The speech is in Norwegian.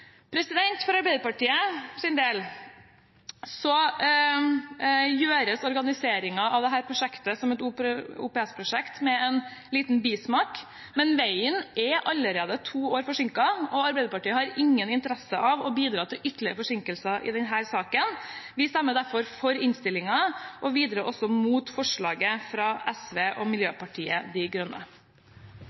For Arbeiderpartiets del gjøres organiseringen av dette prosjektet som et OPS-prosjekt med en liten bismak, men veien er allerede to år forsinket, og Arbeiderpartiet har ingen interesse av å bidra til ytterligere forsinkelser i denne saken. Vi stemmer derfor for innstillingen og videre også mot forslaget fra SV og Miljøpartiet De Grønne.